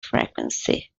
frequency